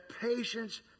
patience